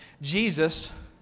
Jesus